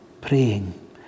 praying